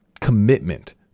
commitment